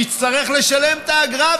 היא תצטרך לשלם את האגרה,